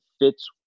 fits